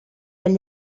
agli